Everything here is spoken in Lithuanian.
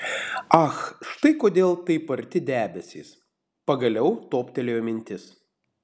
ach štai kodėl taip arti debesys pagaliau toptelėjo mintis